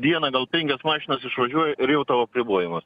dieną gal penkios mašinos išvažiuoja ir jau tau apribojamas